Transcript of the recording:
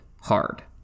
hard